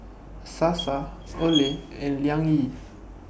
Sasa Olay and Liang Yi